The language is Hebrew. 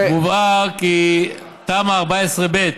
מובהר כי תמ"א 14 ב'